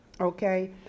Okay